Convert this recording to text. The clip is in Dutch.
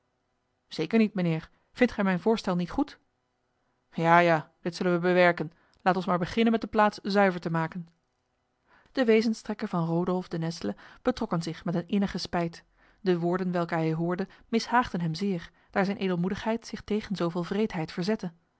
zeker niet mijnheer vindt gij mijn voorstel niet goed ja ja dit zullen wij bewerken laat ons maar beginnen met de plaats zuiver te maken de wezenstrekken van rodolf de nesle betrokken zich met een innige spijt de woorden welke hij hoorde mishaagden hem zeer daar zijn edelmoedigheid zich tegen zoveel wreedheid verzette